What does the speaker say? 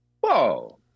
Whoa